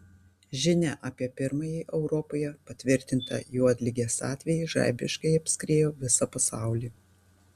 žinia apie pirmąjį europoje patvirtintą juodligės atvejį žaibiškai apskriejo visą pasaulį